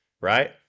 right